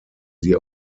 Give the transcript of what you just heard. sie